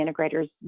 integrator's